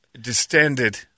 distended